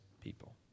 people